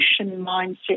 mindset